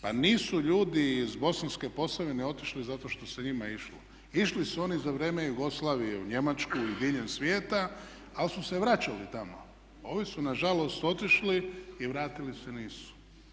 Pa nisu ljudi iz Bosanske Posavine otišli zato što se njima išlo, išli su oni za vrijeme Jugoslavije u Njemačku i diljem svijeta ali su se vraćali tamo a ovi su nažalost otišli i vratili se nisu.